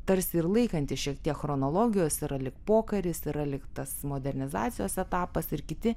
tarsi ir laikantis šiek tiek chronologijos yra lyg pokaris yra lyg tas modernizacijos etapas ir kiti